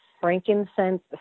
frankincense